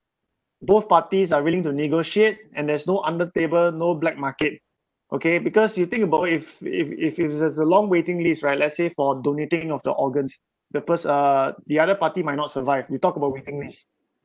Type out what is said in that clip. both parties are willing to negotiate and there's no under the table no black market okay because you think about it if if if it's there's a long waiting list right let's say for donating of the organs the pers~ uh the other party might not survive we talk about waiting list